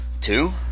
Two